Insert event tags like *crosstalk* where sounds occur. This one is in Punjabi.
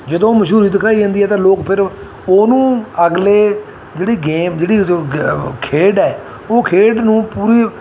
ਜਦੋਂ ਉਹ ਮਸ਼ਹੂਰੀ ਦਿਖਾਈ ਜਾਂਦੀ ਹੈ ਤਾਂ ਲੋਕ ਫਿਰ ਉਹਨੂੰ ਅਗਲੇ ਜਿਹੜੀ ਗੇਮ ਜਿਹੜੀ *unintelligible* ਖੇਡ ਹੈ ਉਹ ਖੇਡ ਨੂੰ ਪੂਰੀ